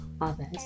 others